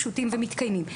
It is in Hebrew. פשוטים ומתקיימים.